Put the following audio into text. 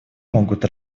могут